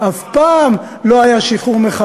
שחרור על